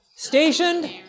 Stationed